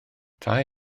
tai